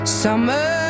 summer